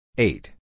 Eight